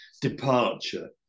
departure